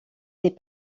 est